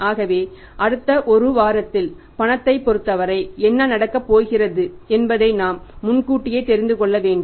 ஆகவே அடுத்த 1 வாரத்தில் பணத்தைப் பொறுத்தவரை என்ன நடக்கப் போகிறது என்பதை நாம் முன்கூட்டியே தெரிந்து கொள்ள வேண்டும்